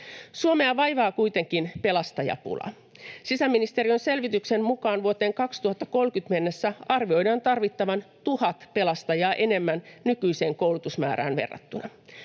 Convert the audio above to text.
Suomea vaivaa kuitenkin pelastajapula. Sisäministeriön selvityksen mukaan vuoteen 2030 mennessä arvioidaan tarvittavan 1 000 pelastajaa enemmän nykyiseen koulutusmäärään verrattuna.